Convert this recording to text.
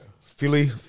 Philly